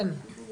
כן.